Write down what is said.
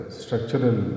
structural